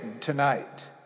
tonight